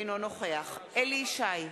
אינו נוכח אליהו ישי,